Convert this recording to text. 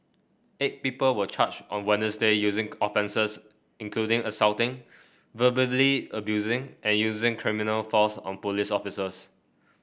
eight people were charged on Wednesday using offences including assaulting verbally abusing and using criminal force on police officers